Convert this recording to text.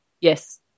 Yes